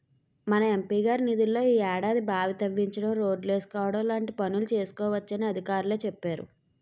మన ఎం.పి గారి నిధుల్లో ఈ ఏడాది బావి తవ్వించడం, రోడ్లేసుకోవడం లాంటి పనులు చేసుకోవచ్చునని అధికారులే చెప్పేరు